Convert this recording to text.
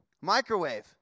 Microwave